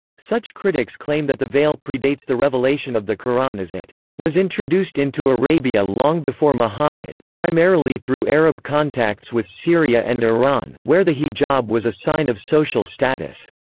such critics claim that the veil predates the revelation of the quran as it was introduced into arabia long before muhammad, primarily through arab contacts with syria and iran, where the hijab was a sign of social status.